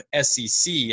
sec